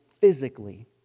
physically